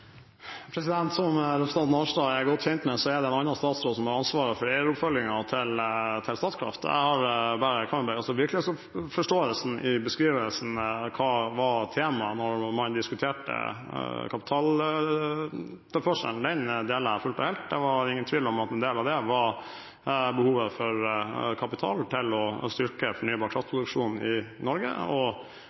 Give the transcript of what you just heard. Som representanten Arnstad er godt kjent med, er det en annen statsråd som har ansvaret for eieroppfølgingen til Statkraft. Virkelighetsforståelsen i beskrivelsen av hva som var temaet da man diskturte kapitaltilførselen, deler jeg fullt og helt. Det var ingen tvil om at en del av det var behovet for kapital til å styrke fornybar kraft-produksjonen i Norge,